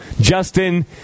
Justin